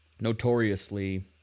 notoriously